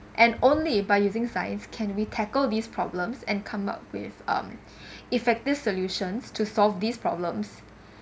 and only by using science can we tackle these problems and come up with um effective solutions to solve these problems